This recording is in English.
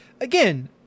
again